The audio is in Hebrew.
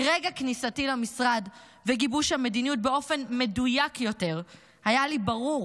מרגע כניסתי למשרד וגיבוש המדיניות באופן מדויק יותר היה לי ברור